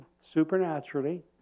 supernaturally